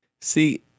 See